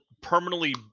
permanently